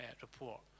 report